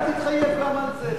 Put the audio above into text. אל תתחייב על זה.